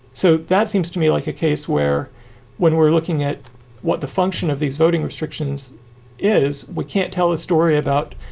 so that seems to me like a case where when we're looking at what the function of these voting restrictions is, we can't tell a story about,